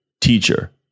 teacher